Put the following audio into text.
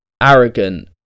arrogant